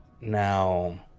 now